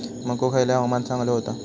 मको खयल्या हवामानात चांगलो होता?